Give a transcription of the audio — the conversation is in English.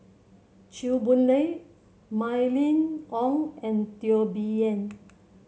Chew Boon Lay Mylene Ong and Teo Bee Yen